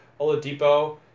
Oladipo